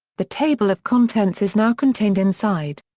the table of contents is now contained inside.